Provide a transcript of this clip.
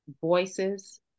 voices